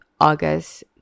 August